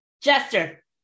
Jester